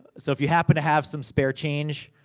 so, if you happen to have some spare change,